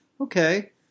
Okay